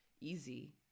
easy